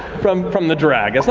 from from the drag.